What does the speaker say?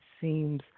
seems